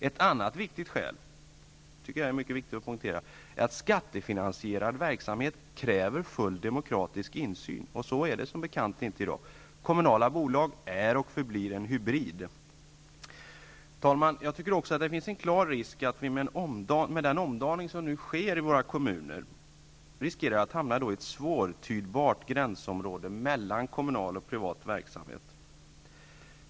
Ett annat viktigt skäl är att skattefinansierad verksamhet kräver full demokratisk insyn, och så är det som bekant inte i dag. Kommunala bolag är och förblir en hybrid. Herr talman! Det finns också en klar risk för att vi med den omdaning som nu sker i våra kommuner hamnar i ett svårtydbart gränsområde mellan kommunal och privat verksamhet.